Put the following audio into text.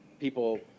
people